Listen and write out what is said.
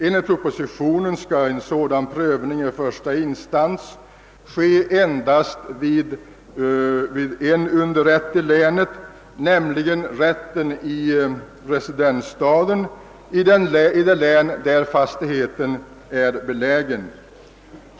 Enligt propositionen skall en sådan prövning i första instans ske vid endast en underrätt i länet, nämligen rätten i residensstaden i det län där fastigheten är belägen.